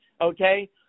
okay